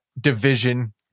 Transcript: division